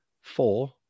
four